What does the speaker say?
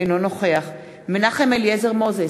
אינו נוכח יאיר לפיד, אינו נוכח מנחם אליעזר מוזס,